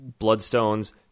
bloodstones